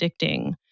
addicting